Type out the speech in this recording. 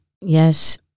Yes